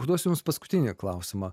užduos jums paskutinį klausimą